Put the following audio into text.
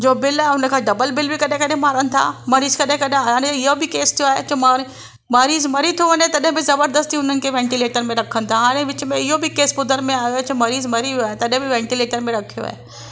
जो बिल आहे उनखां डबल बिल बि माणीनि था मरीज़ कॾहिं कॾहिं हाणे इअं बि केस थियो आहे कि माण मरीज़ु मरी थो वञे तॾहिं बि जबरदस्ती उन्हनि खे वेंटीलेटर में रखनि था हाणे विच में इहो बि केस ॿुधणु में आयो आहे त मरीज़ु मरी वियो आहे तॾहिं बि वेंटीलेटर में रखियो आहे